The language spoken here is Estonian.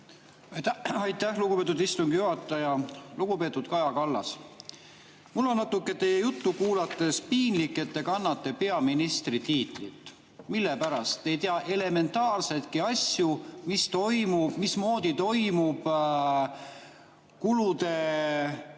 Aitäh, lugupeetud istungi juhataja! Lugupeetud Kaja Kallas! Mul on teie juttu kuulates natuke piinlik, et te kannate peaministri tiitlit. Mille pärast? Te ei tea elementaarsetki, mis toimub, mismoodi toimub kulude